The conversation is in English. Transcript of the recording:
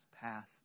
past